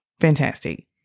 fantastic